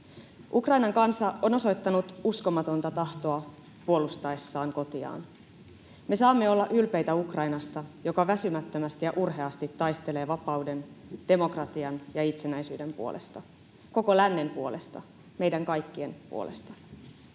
Ukrainan kansa on osoittanut uskomatonta tahtoa puolustaessaan kotiaan. Me saamme olla ylpeitä Ukrainasta, joka väsymättömästi ja urheasti taistelee vapauden, demokratian ja itsenäisyyden puolesta, koko lännen puolesta, meidän kaikkien puolesta.